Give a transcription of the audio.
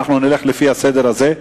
ואנחנו נלך לפי הסדר הזה.